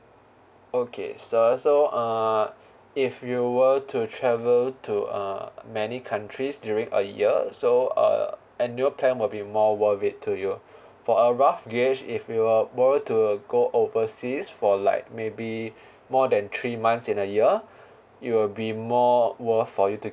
okay sir so uh if you were to travel to uh many countries during a year so uh annual plan will be more worth it to you for a rough gauge if you are more to go overseas for like maybe more than three months in a year it will be more worth for you to